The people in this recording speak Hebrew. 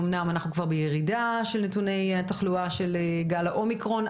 אומנם אנחנו כבר בירידה של נתוני התחלואה של גל האומיקרון,